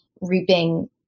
reaping